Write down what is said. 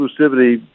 exclusivity